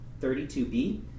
32b